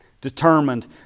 determined